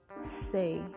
say